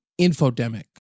infodemic